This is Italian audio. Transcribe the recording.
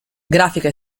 grafica